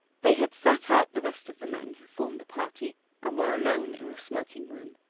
they had sat out the rest of the men who formed the party and were alone in the smoking-room.